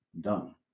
Done